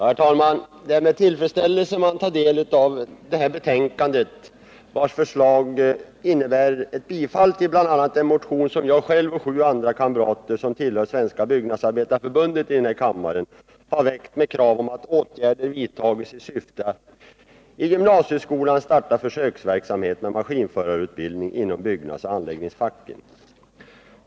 Herr talman! Det är med tillfredsställelse man tar del av detta betänkande, vars förslag innebär ett bifall till bl.a. den motion som jag och sju kamrater här i kammaren, vilka tillhör Svenska byggnadsarbetareförbundet, har väckt med krav om att åtgärder skall vidtas i syfte att i gymnasieskolan starta försöksverksamhet med maskinförarutbildning inom byggnadsoch anläggningsfacken.